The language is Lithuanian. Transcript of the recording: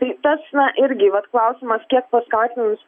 tai tas na irgi vat klausimas kiek paskatins